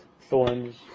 thorns